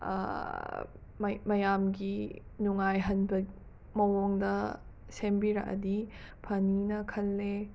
ꯃꯌꯥꯝꯒꯤ ꯅꯨꯡꯉꯥꯏꯍꯟꯕ ꯃꯑꯣꯡꯗ ꯁꯦꯝꯕꯤꯔꯛꯑꯗꯤ ꯐꯅꯤꯅ ꯈꯜꯂꯦ